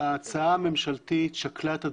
ההצעה הממשלתית שקלה את הדברים.